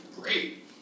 Great